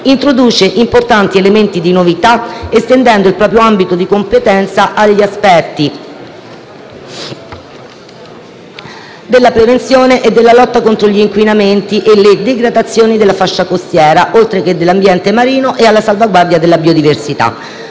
introduce importanti elementi di novità, estendendo il proprio ambito di competenza agli aspetti della prevenzione e della lotta contro gli inquinamenti e le degradazioni della fascia costiera, oltre che dell'ambiente marino, e alla salvaguardia della biodiversità.